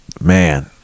Man